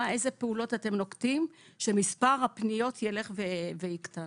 איזה פעולות אתם נוקטים שמספר הפניות יילך ויקטן,